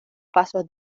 pasos